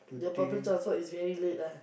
the public transport is very late ah